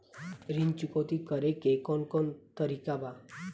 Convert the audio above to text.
ऋण चुकौती करेके कौन कोन तरीका बा?